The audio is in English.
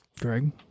Greg